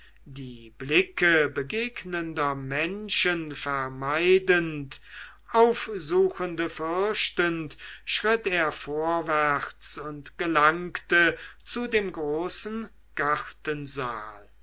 die blicke begegnender menschen vermeidend aufsuchende fürchtend schritt er vorwärts und gelangte zu dem großen gartensaal